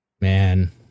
Man